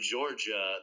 Georgia